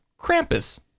Krampus